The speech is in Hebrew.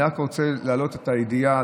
אני רק רוצה להעלות את הידיעה,